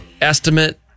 estimate